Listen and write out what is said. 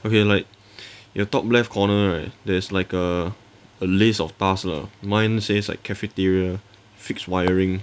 okay like your top left corner right there's like a a list of task lah mine says like cafeteria fix wiring